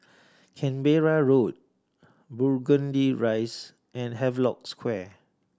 Canberra Road Burgundy Rise and Havelock Square